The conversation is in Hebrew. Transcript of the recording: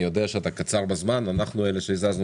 אני יודע שאתה קצר בזמן ואנחנו אלה שהזזנו